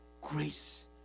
grace